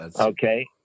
Okay